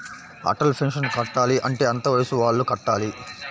Atal pension కట్టాలి అంటే ఎంత వయసు వాళ్ళు కట్టాలి?